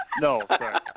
no